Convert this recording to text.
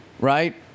Right